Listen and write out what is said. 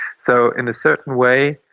so in a certain way,